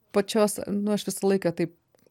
pačios nu aš visą laiką taip